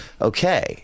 okay